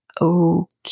okay